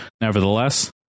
Nevertheless